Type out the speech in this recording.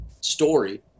story